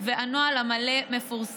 נא להשתיק אותם ולהוריד אותם מהמדרגה העליונה,